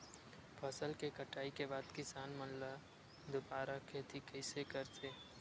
फसल के कटाई के बाद किसान मन दुबारा खेती कइसे करथे?